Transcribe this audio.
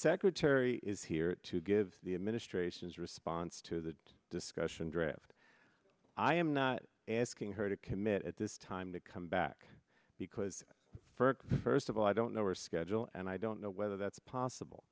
secretary is here to give the administration's response to that discussion draft i am not asking her to commit at this time to come back because first of all i don't know her schedule and i don't know whether that's possible